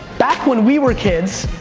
back when we were kids.